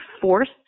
force